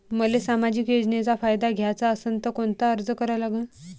मले सामाजिक योजनेचा फायदा घ्याचा असन त कोनता अर्ज करा लागन?